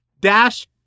dash